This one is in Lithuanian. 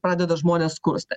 pradeda žmonės skursti